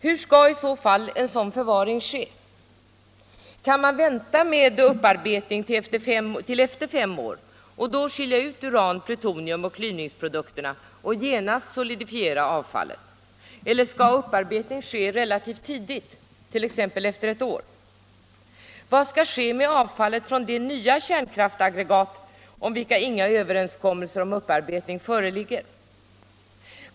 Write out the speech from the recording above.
Hur skall i så fall en sådan förvaring ske? Kan man vänta med upparbetning till efter fem år och då skilja ut uran, plutonium och klyvningsprodukter och genast solidifiera avfallet? Eller skall upparbetning ske relativt tidigt, t.ex. efter ett år? Vad skall ske med avfallet från de nya kärnkraftsaggregat om vilka inga överenskommelser om upparbetning föreligger?